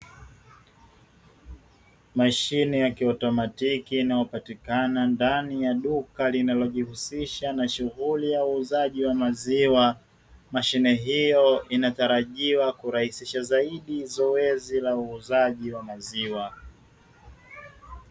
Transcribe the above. Mashine ya kiotomatiki inayopatikana ndani ya duka la linalojihusisha na shughuli za uuzaji wa maziwa, mashine hio inatarajiwa kurahisisha zaidi zoezi la uuzaji wa maziwa.